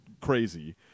crazy